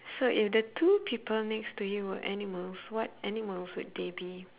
so if the two people next to you were animals what animals would they be